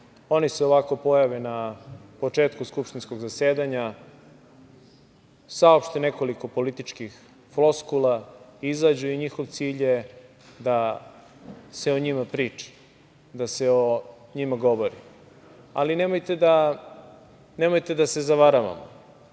Oni se ovako pojave na početku skupštinskog zasedanja, saopšte nekoliko političkih floskula, izađu i njihov cilj je da se o njima priča, da se o njima govori. Ali, nemojte da se zavaravamo.